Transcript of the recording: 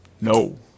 No